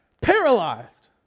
Paralyzed